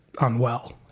unwell